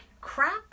crap